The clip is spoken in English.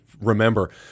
remember